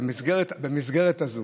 במסגרת הזו.